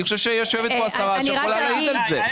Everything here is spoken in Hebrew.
יושבת פה השרה שיכולה להעיד על כך.